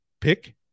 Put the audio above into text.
pick